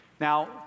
Now